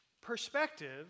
perspective